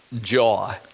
joy